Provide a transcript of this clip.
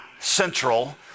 central